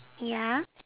ya